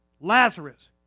Lazarus